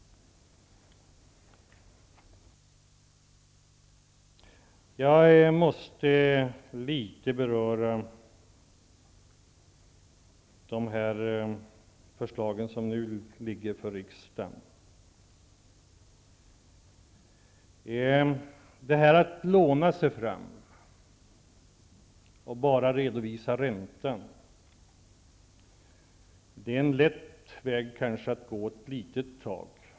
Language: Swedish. Jag måste litet beröra de förslag som nu ligger på riksdagens bord. Att låna sig fram och bara redovisa räntan är en lätt väg att gå kanske ett litet tag.